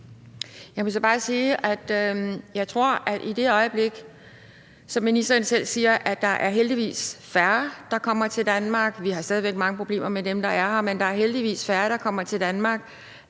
Jeg må så bare sige, at jeg tror, at det først er i det øjeblik – som ministeren selv siger, er der heldigvis færre, der kommer til Danmark, men vi har stadig væk mange problemer med dem, der er her – hvor der er færre, der kommer til Danmark,